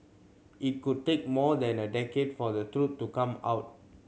it could take more than a decade for the truth to come out